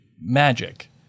magic